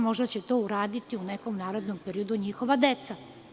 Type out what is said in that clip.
Možda će to uraditi u nekom narednom periodu njihova deca.